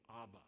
Abba